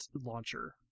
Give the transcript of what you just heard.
launcher